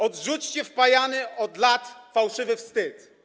Odrzućcie wpajany od lat fałszywy wstyd.